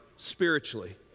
Spiritually